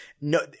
no